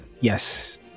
yes